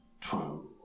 True